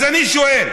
אז אני שואל,